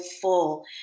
full